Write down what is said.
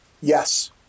Yes